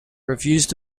refused